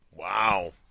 Wow